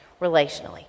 relationally